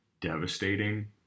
devastating